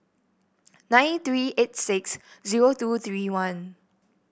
nine three eight six zero two three one